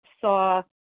saw